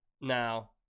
Now